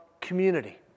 community